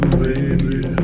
baby